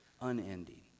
unending